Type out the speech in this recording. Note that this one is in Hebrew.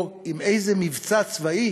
או עם איזה מבצע צבאי